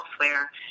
elsewhere